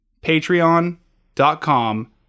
Patreon.com